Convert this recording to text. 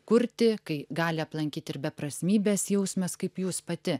kurti kai gali aplankyti ir beprasmybės jausmas kaip jūs pati